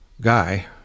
guy